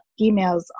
emails